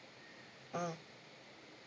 ah